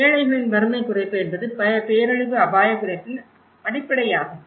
ஏழைகளின் வறுமைக் குறைப்பு என்பது பேரழிவு அபாயக் குறைப்பின் அடிப்படையாகும்